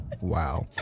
Wow